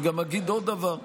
אני גם אגיד עוד דבר: